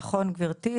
נכון, גברתי.